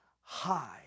high